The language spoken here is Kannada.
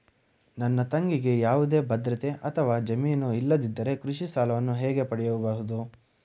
ನನ್ನ ತಂಗಿಗೆ ಯಾವುದೇ ಭದ್ರತೆ ಅಥವಾ ಜಾಮೀನು ಇಲ್ಲದಿದ್ದರೆ ಕೃಷಿ ಸಾಲವನ್ನು ಹೇಗೆ ಪಡೆಯಬಹುದು?